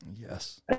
yes